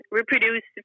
reproduce